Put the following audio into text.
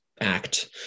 act